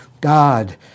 God